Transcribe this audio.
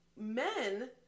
men